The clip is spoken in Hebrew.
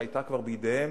שהיתה כבר בידיהם